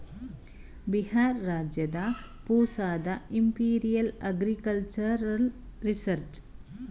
ಬಿಹಾರ್ ರಾಜ್ಯದ ಪೂಸಾದ imperial agricultural research institute ನಲ್ಲಿ ಪ್ಲಂಟ್ ಪತೋಲಜಿ ವಿಭಾಗವಿದೆ